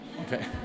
Okay